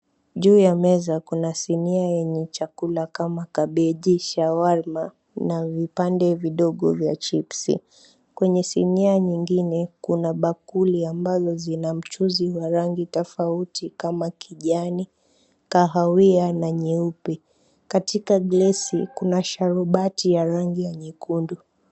Juu ya meza kuna sinia yenye chakula kama kabeji, shawarma na vipande vidogo vya chipsy . Kwenye sinia nyingine kuna bakuli ambazo zina mchuzi wa rangi tofauti kama kijani, kahawia na nyeupe katika glasi kuna sharubati ya rangi ya nyekundu.